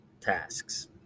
tasks